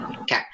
Okay